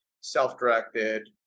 self-directed